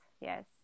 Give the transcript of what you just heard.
Yes